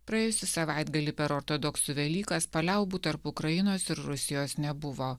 praėjusį savaitgalį per ortodoksų velykas paliaubų tarp ukrainos ir rusijos nebuvo